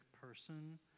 person